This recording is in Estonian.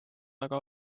taga